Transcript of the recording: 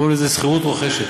קוראים לזה שכירות רוכשת.